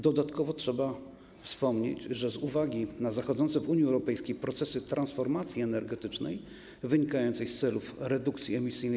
Dodatkowo trzeba wspomnieć, że z uwagi na zachodzące w Unii Europejskiej procesy transformacji energetycznej wynikającej z celów redukcji emisji